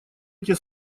эти